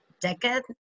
decade